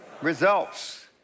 results